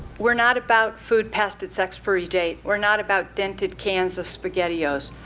we're not about food past its expiry date. we're not about dented cans of spaghettios.